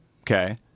okay